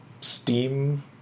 Steam